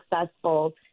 successful